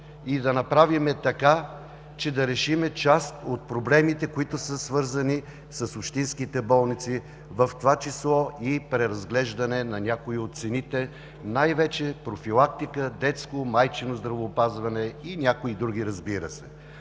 и да направим така, че да решим част от проблемите, които са свързани с общинските болници, в това число и преразглеждане на някои от цените, най-вече профилактика, детско, майчино здравеопазване и някои други, разбира се.